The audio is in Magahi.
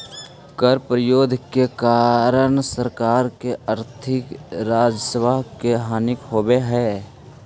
कर प्रतिरोध के कारण सरकार के आर्थिक राजस्व के हानि होवऽ हई